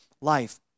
life